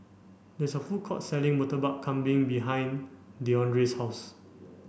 there is a food court selling Murtabak Kambing behind Deandre's house